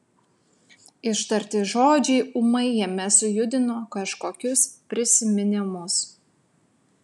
ištarti žodžiai ūmai jame sujudino kažkokius prisiminimus